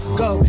go